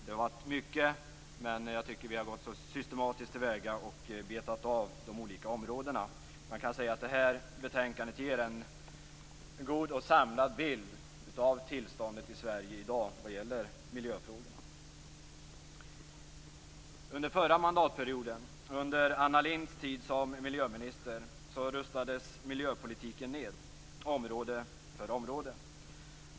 Det har varit mycket, men jag tycker att vi har gått systematiskt till väga och betat av de olika områdena. Man kan säga att det här betänkandet ger en god och samlad bild av tillståndet i Sverige i dag vad gäller miljöfrågorna. Under förra mandatperioden, under Anna Lindhs tid som miljöminister, rustades miljöpolitiken ned område för område.